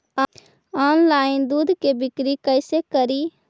Online दुध के बिक्री कैसे करि?